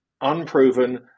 unproven